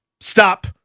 stop